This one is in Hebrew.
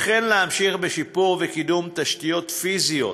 וכן להמשיך בשיפור וקידום של תשתיות פיזיות